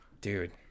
dude